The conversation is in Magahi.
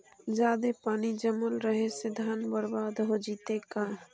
जादे पानी जमल रहे से धान बर्बाद हो जितै का?